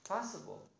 Possible